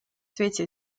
свете